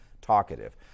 Talkative